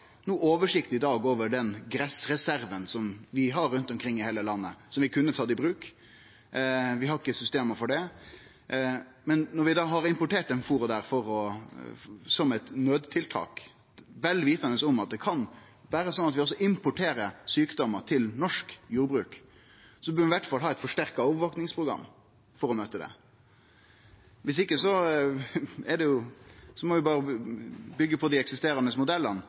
oversikt over den grasreserven som vi har rundt omkring i heile landet, og som vi kunne ha tatt i bruk. Vi har ikkje system for det. Men når vi da har importert dette fôret som eit naudtiltak, vel vitande om at vi da kan importere sjukdomar til norsk jordbruk, så burde vi i alle fall ha eit forsterka overvakingsprogram for å møte det. Viss ikkje må vi berre byggje på dei eksisterande modellane i den ekstraordinære situasjonen vi er i. Eg meiner at det er heilt openbert at vi